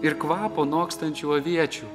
ir kvapo nokstančių aviečių